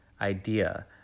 idea